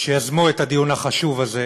שיזמו את הדיון החשוב הזה.